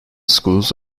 schools